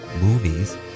movies